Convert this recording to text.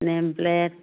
name plate